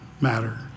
matter